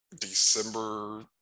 December